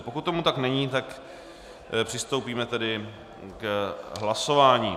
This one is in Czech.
Pokud tomu tak není přistoupíme tedy k hlasování.